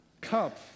cup